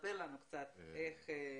ספר לי קצת עליך.